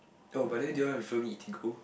oh but then do you want to refer me Eatigo